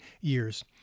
years